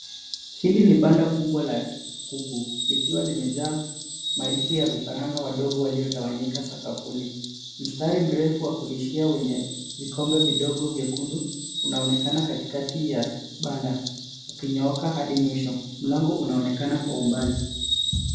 Hili ni banda la kuku. Ndani yake kuna mejja yenye vifaranga wadogo walioko sakafuni. Mstari mrefu wa wakiwlisha vifaranga hao ukiwa na vikombe vidogo vyekundu unaonekana katikati ya banda, ukielekea mwisho wake. Mlango wa banda unaonekana kwa umbali.